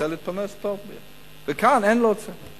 הוא רוצה להתפרנס טוב, וכאן אין לו את זה.